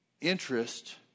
interest